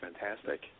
fantastic